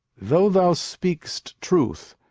though thou speak'st truth,